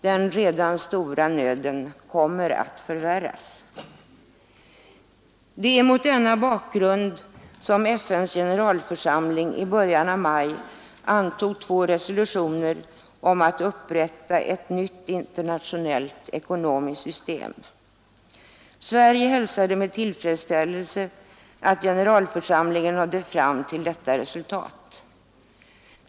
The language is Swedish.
Den redan stora nöden kommer att förvärras. Det var mot denna bakgrund som FN:s generalförsamling i början av maj antog två resolutioner om att upprätta ett nytt internationellt ekonomiskt system. Sverige hälsade med tillfredsställelse att generalför samlingen nådde fram till detta resultat.